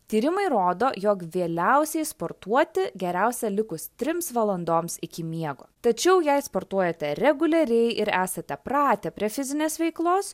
tyrimai rodo jog vėliausiai sportuoti geriausia likus trims valandoms iki miego tačiau jei sportuojate reguliariai ir esate pratę prie fizinės veiklos